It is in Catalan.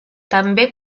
també